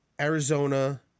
arizona